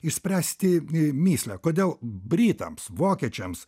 išspręsti mįslę kodėl britams vokiečiams